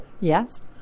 Yes